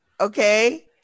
okay